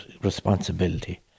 responsibility